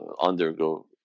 undergo